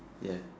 ya